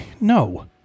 no